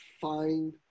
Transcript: find